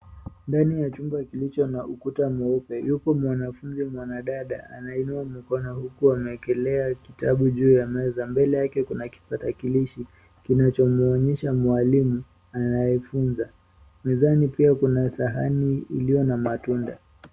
Ndani ya chumba kilicho na ukuta mweupe yupo mwanafunzi mwanadada anainua mkono huku ameekelea kitabu juu ya meza. Mbele yake kuna kitarakilishi kinachomuonyesha mwalimu anayefunza. Mezani pia kuna sahani iliyo na matunda.